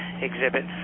exhibit